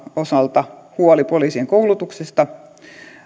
osalta huoli poliisien koulutuksesta